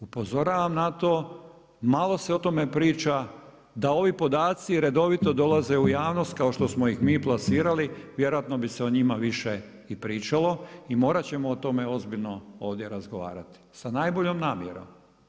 Upozoravam na to malo se o tome priča da ovi podaci redovito dolaze u javnost kao što smo ih mi plasirali vjerojatno bi se o njima više pričalo i morat ćemo o tome ozbiljno ovdje razgovarati sa najboljom namjerom.